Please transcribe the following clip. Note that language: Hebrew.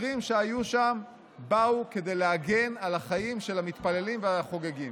השוטרים שהיו שם באו כדי להגן על החיים של המתפללים והחוגגים.